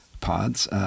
pods